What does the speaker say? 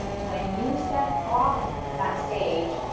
when you step off that stage,